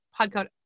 podcast